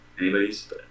anybody's